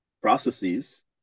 processes